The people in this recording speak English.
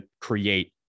create